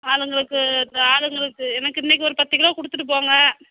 ஆளுங்களுக்கு ஆளுங்களுக்கு எனக்கு இன்னைக்கு ஒரு பத்து கிலோ கொடுத்துட்டு போங்க